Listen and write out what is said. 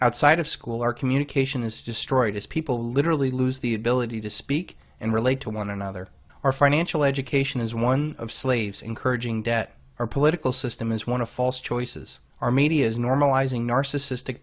outside of school our communication is destroyed as people literally lose the ability to speak and relate to one another our financial education is one of slaves encouraging debt our political system is one of false choices our media is normal